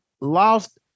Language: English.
lost